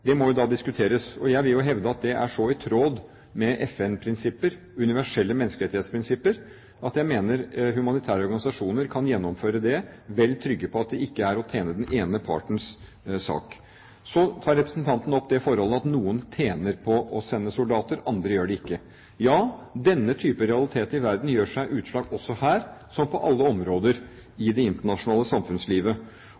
må diskuteres. Jeg vil jo hevde at det er så i tråd med FN-prinsipper, universelle menneskerettighetsprinsipper, at jeg mener at humanitære organisasjoner kan gjennomføre det vel trygge på at det ikke er å tjene den ene partens sak. Så tar representanten opp det forhold at noen tjener på å sende soldater, andre gjør det ikke. Ja, denne type realitet i verden gjør seg utslag også her, som på alle områder i det internasjonale samfunnslivet. Det reiser spørsmålet: Hvordan bidrar vi best? Under mitt besøk i